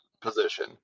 position